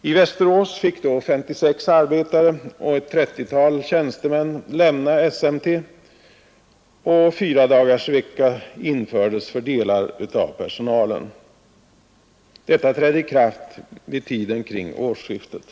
I Västerås fick då 56 arbetare och ett 30-tal tjänstemän lämna SMT, och fyradagarsvecka infördes för delar av personalen. Detta trädde i kraft vid tiden för årsskiftet.